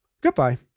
goodbye